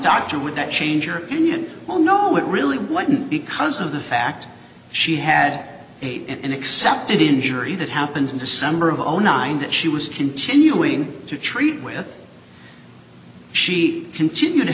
dr would that change or union well no it really wouldn't because of the fact she had eight and accepted injury that happened in december of zero nine that she was continuing to treat with she continued to